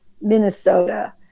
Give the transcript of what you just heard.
Minnesota